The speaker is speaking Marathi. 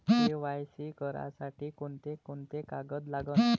के.वाय.सी करासाठी कोंते कोंते कागद लागन?